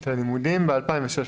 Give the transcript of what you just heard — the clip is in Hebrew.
ב-2016.